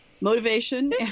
motivation